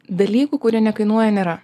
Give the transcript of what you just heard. dalykų kurie nekainuoja nėra